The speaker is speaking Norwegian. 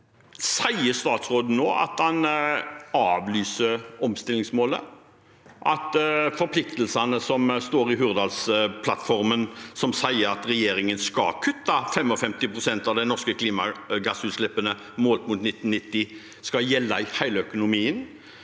Sier statsråden nå at han avlyser omstillingsmålet, altså forpliktelsene som står i Hurdalsplattformen som sier at regjeringen skal kutte 55 pst. av de norske klimagassutslippene, målt mot 1990, og at det skal gjelde i hele økonomien,